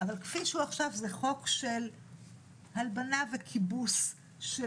אבל כפי שהוא עכשיו זה חוק של הלבנה וכיבוס של